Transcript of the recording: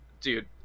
Dude